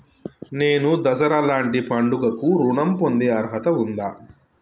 నేను దసరా లాంటి పండుగ కు ఋణం పొందే అర్హత ఉందా?